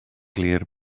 glir